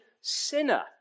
sinner